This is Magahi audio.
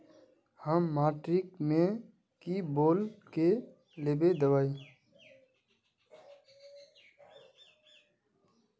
हम मार्किट में की बोल के लेबे दवाई?